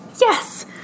yes